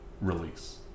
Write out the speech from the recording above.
release